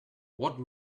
what